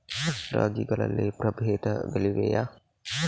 ರಾಗಿಗಳಲ್ಲಿ ಪ್ರಬೇಧಗಳಿವೆಯೇ?